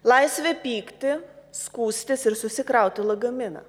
laisvę pykti skųstis ir susikrauti lagaminą